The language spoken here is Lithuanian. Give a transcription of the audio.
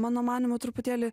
mano manymu truputėlį